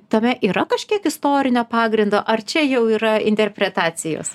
tame yra kažkiek istorinio pagrindo ar čia jau yra interpretacijos